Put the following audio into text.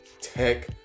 tech